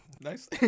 Nice